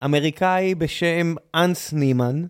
אמריקאי בשם אנס נימן.